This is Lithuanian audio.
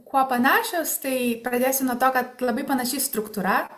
kuo panašios tai pradėsiu nuo to kad labai panaši struktūra